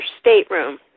stateroom